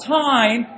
time